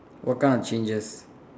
what kind of changes